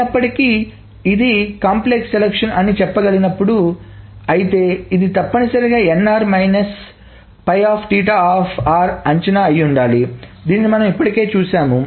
అయినప్పటికీ ఇది సంక్లిష్టమైన ఎంపిక complex selection అని చెప్పగలిగిన అప్పుడు అయితే ఇది తప్పనిసరిగా nr మైనస్ అంచనా అయ్యుండాలిదీనినిమనం ఇప్పటికే చూశాము